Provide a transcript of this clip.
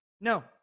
No